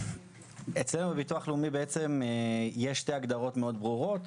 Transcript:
אצלנו בביטוח לאומי יש שתי הגדרות מאוד ברורות,